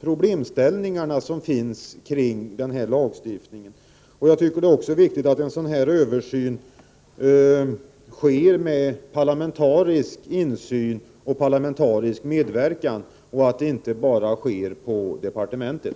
problemställningar som finns kring denna lagstiftning. Det är också viktigt att en sådan översyn sker med parlamentarisk medverkan och insyn och inte bara på departementet.